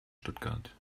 stuttgart